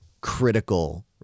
critical